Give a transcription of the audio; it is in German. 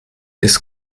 ist